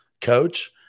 coach